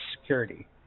security